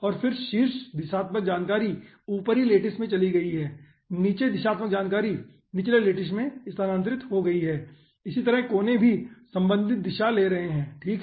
और फिर शीर्ष दिशात्मक जानकारी ऊपरी लैटिस में चली गई है नीचे दिशात्मक जानकारी निचले लैटिस में स्थानांतरित हो गई है इसी तरह कोने भी संबंधित दिशा ले रहे है ठीक है